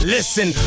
Listen